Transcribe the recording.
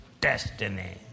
destiny